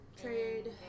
Trade